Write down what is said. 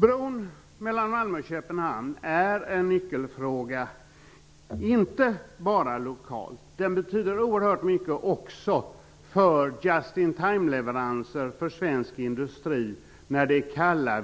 Bron mellan Malmö och Köpenhamn är en nyckelfråga, inte bara lokalt. Den betyder oerhört mycket också för den svenska industrin vad gäller just in time-leveranser när det är kalla